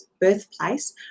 birthplace